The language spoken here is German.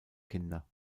kinder